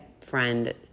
friend